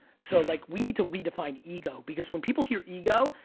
so like we need to redefine ego, because when people hear ego,